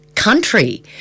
country